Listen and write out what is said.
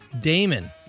Damon